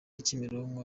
kimironko